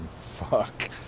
Fuck